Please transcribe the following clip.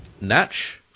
Natch